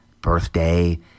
birthday